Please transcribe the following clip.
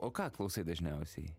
o ką klausai dažniausiai